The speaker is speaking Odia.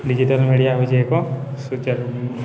ଡିଜିଟାଲ ମିଡ଼ିଆ ହେଉଛି ଏକ ସୁଚାରୁ